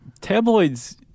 tabloids